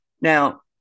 Now